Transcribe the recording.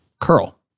curl